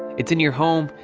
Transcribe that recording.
it's in your home,